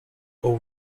all